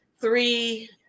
Three